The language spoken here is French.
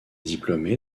diplômé